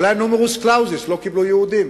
אבל היה נומרוס קלאוזוס, לא קיבלו יהודים.